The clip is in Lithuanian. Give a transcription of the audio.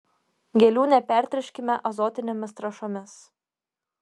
gėlių nepertręškime azotinėmis trąšomis